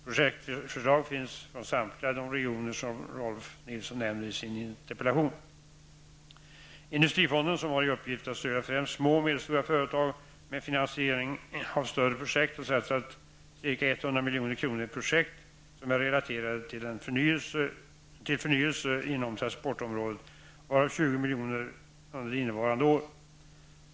Projektförslag finns från samtliga de regioner som Industrifonden, som har i uppgift att stödja främst små och medelstora företag med finansiering av större projekt, har satsat ca 100 milj.kr. i projekt som är relaterade till förnyelse inom transportområdet, varav 20 miljoner under innevarande år.